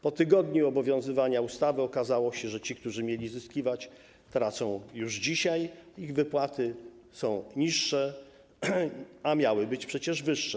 Po tygodniu obowiązywania ustawy okazało się, że ci, którzy mieli zyskiwać, tracą już dzisiaj, ich wypłaty są niższe, a miały być przecież wyższe.